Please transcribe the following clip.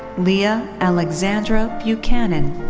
leah alexandra buchanan.